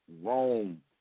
Rome